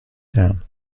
down